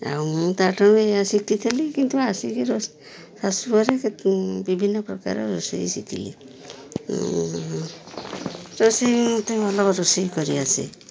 ଆଉ ମୁଁ ତା'ଠାରୁ ଏୟା ଶିଖିଥିଲି କିନ୍ତୁ ଆସିକି ଶାଶୁଘରେ ବିଭିନ୍ନ ପ୍ରକାର ରୋଷେଇ ଶିଖିଲି ରୋଷେଇ ମୋତେ ଭଲ ରୋଷେଇ କରିଆସେ